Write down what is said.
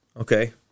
okay